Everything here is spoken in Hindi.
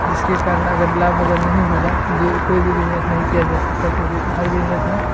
जिसके कारण अगर लाभ अगर नहीं होगा जो कोई भी बिजनेस नहीं किया जा सकता है क्योंकि हर बिजनेस में